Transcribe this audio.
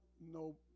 No